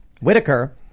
Whitaker